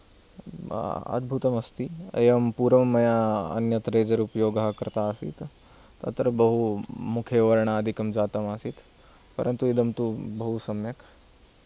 अद्भुतं अस्ति एवं पूर्वं मया अन्यत् रेजर् उपयोगः कृतः आसीत् तत्र बहु मुखे वर्णादिकं जातम् आसीत् परन्तु इदं तु बहु सम्यक्